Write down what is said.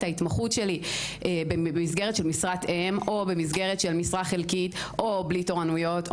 ההתמחות שלי במסגרת משרת אם או במסגרת משרה חלקית או בלי תורנויות,